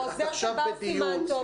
העוזר של בר סימן טוב,